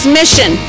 mission